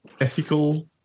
ethical